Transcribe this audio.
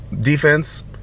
defense